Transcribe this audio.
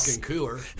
cooler